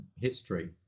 history